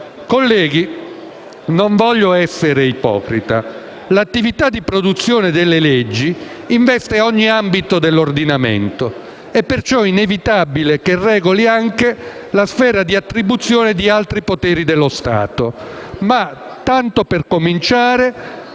Colleghi, non voglio essere ipocrita. L'attività di produzione delle leggi investe ogni ambito dell'ordinamento ed è dunque inevitabile che regoli anche la sfera di attribuzione di altri poteri dello Stato. Ma, tanto per cominciare,